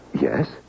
Yes